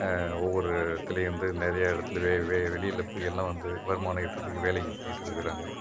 ஒவ்வொரு இடத்துலயும் வந்து நிறைய இடத்துல வெ வெ வெளியில் போய் எல்லாம் வந்து வருமானம் ஈட்டுறத்துக்கு வேலைக்கு போயிட்டு இருக்காங்க